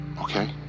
okay